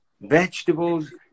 vegetables